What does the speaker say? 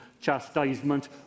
chastisement